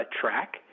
track